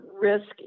risk